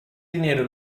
dinero